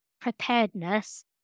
preparedness